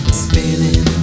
spinning